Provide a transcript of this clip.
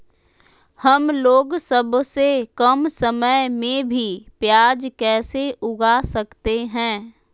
हमलोग सबसे कम समय में भी प्याज कैसे उगा सकते हैं?